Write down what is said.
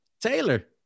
Taylor